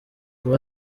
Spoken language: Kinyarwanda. kuba